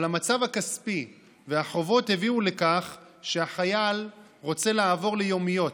אבל המצב הכספי והחובות הביאו לכך שהחייל רוצה לעבור ליומיות,